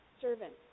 Servant